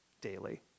daily